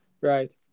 right